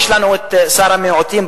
יש לנו את שר המיעוטים,